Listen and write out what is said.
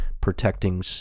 protecting